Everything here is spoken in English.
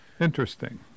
Interesting